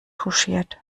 touchiert